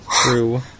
True